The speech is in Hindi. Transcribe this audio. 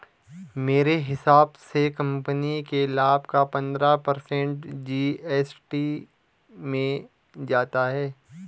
मेरे हिसाब से कंपनी के लाभ का पंद्रह पर्सेंट जी.एस.टी में जाता है